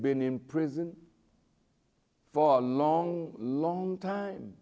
been in prison for a long long time